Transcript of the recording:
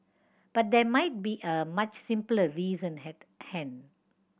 but there might be a much simpler reason had hand